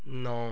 ਨੌ